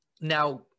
Now